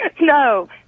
No